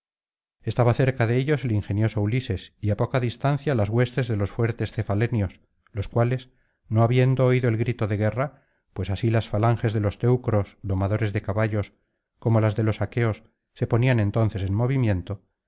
estaba cerca de ellos el ingenioso ulises y á poca distancia las huestes de los fuertes cefalenios los cuales no habiendo oído el grito de guerra pues así las falanges de los teucros domadores de caballos como las de los aqueos se ponían entonces en movimiento